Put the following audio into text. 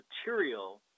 material